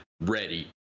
ready